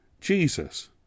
Jesus